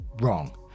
Wrong